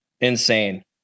insane